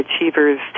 achievers